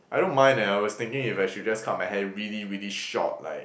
I don't mind eh I was thinking if I should just cut my hair really really short like